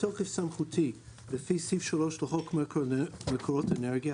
בתוקף סמכותי לפי סעיף 3 לחוק מקורות אנרגיה,